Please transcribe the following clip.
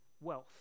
wealth